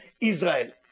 Israel